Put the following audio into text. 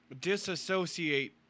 disassociate